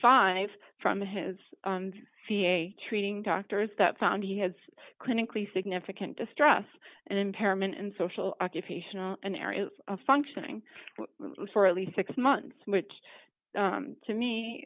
five from his treating doctors that found he has clinically significant distress and impairment in social occupational and areas of functioning for at least six months which to me